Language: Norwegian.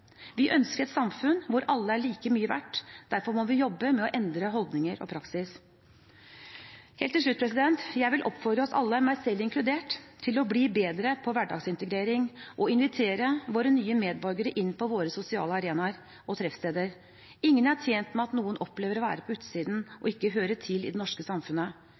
Vi ønsker et samfunn hvor alle er like mye verdt. Derfor må vi jobbe med å endre holdninger og praksis. Helt til slutt: Jeg vil oppfordre oss alle – meg selv inkludert – til å bli bedre i hverdagsintegrering og invitere våre nye medborgere inn på våre sosiale arenaer og treffsteder. Ingen er tjent med at noen opplever å være på utsiden og ikke høre til i det norske samfunnet.